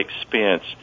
expense